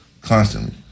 constantly